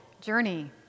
journey